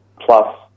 Plus